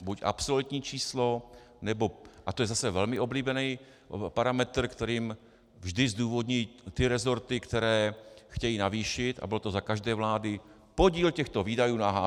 Buď absolutní číslo, nebo, a to je zase velmi oblíbený parametr, kterým vždy zdůvodní ty resorty, které chtějí navýšit, a bylo to za každé vlády, podíl těchto výdajů na HDP.